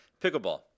Pickleball